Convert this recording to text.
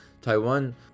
Taiwan